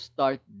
Start